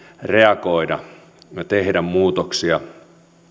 reagoida ja tehdä muutoksia